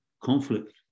conflict